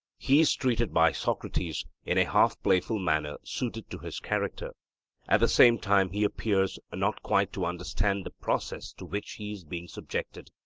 he is treated by socrates in a half-playful manner suited to his character at the same time he appears not quite to understand the process to which he is being subjected.